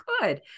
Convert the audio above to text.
good